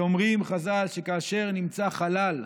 אומרים חז"ל שכאשר נמצא חלל,